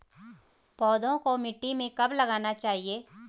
पौधों को मिट्टी में कब लगाना चाहिए?